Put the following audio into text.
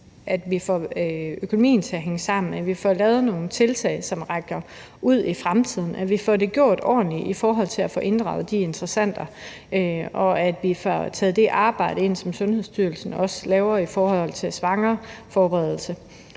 at vi får økonomien til at hænge sammen, at vi får lavet nogle tiltag, som rækker ud i fremtiden, at vi får det gjort ordentligt i forhold til at få inddraget interessenter, og at vi får taget det arbejde ind, som Sundhedsstyrelsen også laver i forhold til svangerforberedelse.